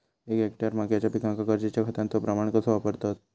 एक हेक्टर मक्याच्या पिकांका गरजेच्या खतांचो प्रमाण कसो वापरतत?